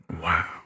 Wow